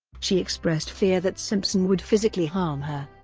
she expressed fear that simpson would physically harm her,